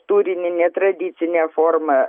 turinį netradicine forma